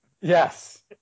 Yes